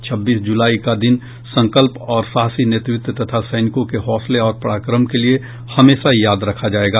छब्बीस जुलाई का दिन संकल्प और साहसी नेतृत्व तथा सैनिकों के हौसले और पराक्रम के लिए हमेशा याद रखा जाएगा